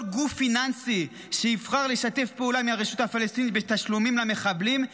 כל גוף פיננסי שיבחר לשתף פעולה עם הרשות הפלסטינית בתשלומים למחבלים,